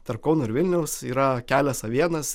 tarp kauno ir vilniaus yra kelias a vienas